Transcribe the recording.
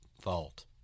fault